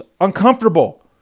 uncomfortable